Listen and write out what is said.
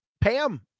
Pam